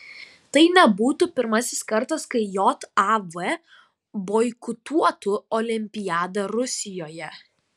tai nebūtų pirmasis kartas kai jav boikotuotų olimpiadą rusijoje